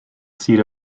seat